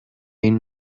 این